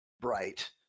bright